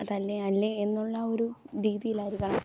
അതല്ലെയല്ലേ എന്നുള്ള ഒരു രീതിയിലായിരിക്കണം